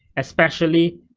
especially,